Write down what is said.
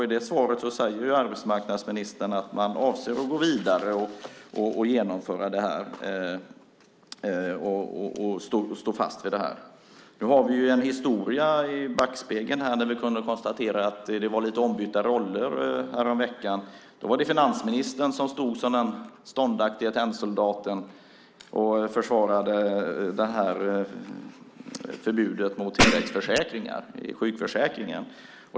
I det svaret arbetsmarknadsministern att man avser att gå vidare och genomföra detta och att man står fast vid det. Nu har vi en historia i backspegeln. Vi kunde konstatera att det var lite ombytta roller häromveckan. Då var det finansministern som stod som den ståndaktige tennsoldaten och försvarade förbudet mot tilläggsförsäkringar i sjukförsäkringen.